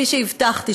כפי שהבטחתי,